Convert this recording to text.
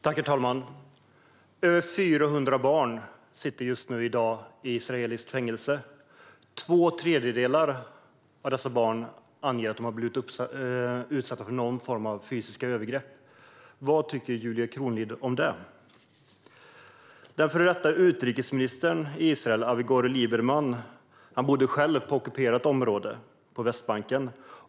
Herr talman! Över 400 barn sitter i dag i israeliskt fängelse. Två tredjedelar av dem uppger att de har blivit utsatta för någon form av fysiska övergrepp. Vad tycker Julia Kronlid om det? Den förre utrikesministern i Israel, Avigdor Lieberman, bodde själv på ockuperat område på Västbanken.